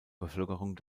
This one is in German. bevölkerung